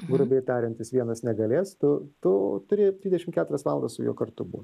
grubiai tariant jis vienas negalės tu tu turi dvidešimt keturias valandas su juo kartu būt